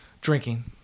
Drinking